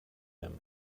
him